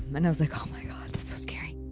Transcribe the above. and i was like, oh my god, that's so scary.